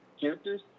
characters